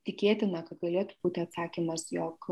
tikėtina kad galėtų būti atsakymas jog